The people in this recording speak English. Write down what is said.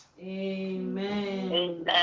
Amen